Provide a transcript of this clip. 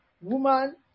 woman